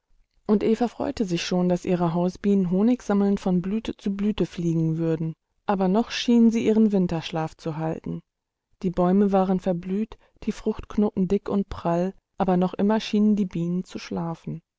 und eva freute sich schon daß ihre hausbienen honigsammelnd von blüte zu blüte fliegen würden aber noch schienen sie ihren winterschlaf zu halten die bäume waren verblüht die fruchtknoten dick und prall aber noch immer schienen die bienen zu schlafen